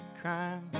crime